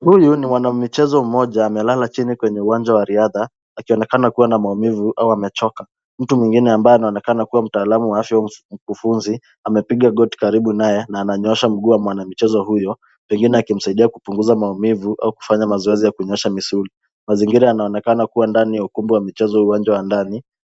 Huyu ni mwanamichezo ambaye amelala chini kwenye uwanja wa riadha, akiashiria kuwa na maumivu au amechoka. Mtu mwingine anayeonekana kuwa mtaalamu wa afya au mkufunzi amepiga goti karibu naye na ananyosha mguu wa mwanamichezo huyo. Inawezekana anamsaidia kupunguza maumivu au kufanya mazoezi ya kunyoosha misuli. Mazingira yanaonekana kuwa ndani ya ukumbi wa michezo,